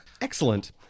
Excellent